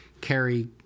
carry